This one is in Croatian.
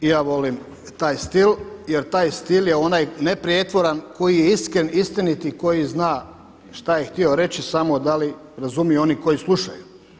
I ja volim taj stil, jer taj stil je onaj neprijetvoran koji je iskren, istinit i koji zna šta je htio reći samo da li razumiju oni koji slušaju.